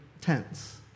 tense